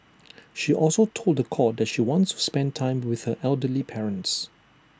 she also told The Court that she wants to spend time with her elderly parents